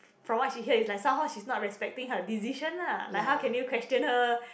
from what she hear is like somehow she's not respecting her decision lah like how can you question her